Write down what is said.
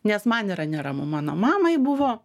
nes man yra neramu mano mamai buvo